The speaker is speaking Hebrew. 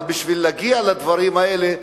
אבל בשביל להגיע לדברים האלה,